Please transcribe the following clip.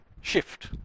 shift